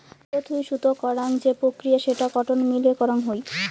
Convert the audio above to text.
তুলো থুই সুতো করাং যে প্রক্রিয়া সেটা কটন মিল এ করাং হই